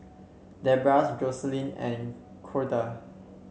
Debra Joselyn and Corda